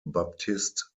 baptist